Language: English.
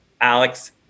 Alex